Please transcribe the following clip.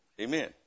Amen